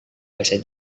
bahasa